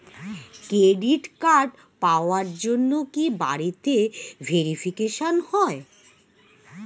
Credit card পাওয়ার জন্য কি বাড়িতে ভেরিফিকেশন হয়?